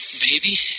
Baby